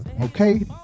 okay